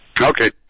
okay